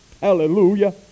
Hallelujah